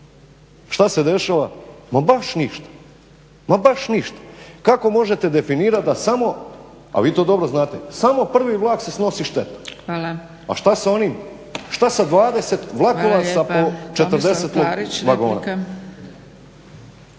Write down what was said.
Što se dešava? Ma baš ništa. Kako možete definirati da samo, a vi to dobro znate, samo prvi vlak se snosi šteta. A što je sa onim, što je sa 20 vlakova i sa po 40